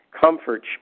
comfort